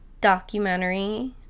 documentary